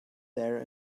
there